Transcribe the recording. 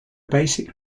basic